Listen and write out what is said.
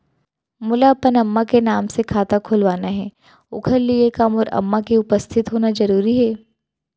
मोला अपन अम्मा के नाम से खाता खोलवाना हे ओखर लिए का मोर अम्मा के उपस्थित होना जरूरी हे?